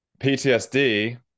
PTSD